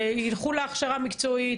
תקן הכליאה של בתי הסוהר,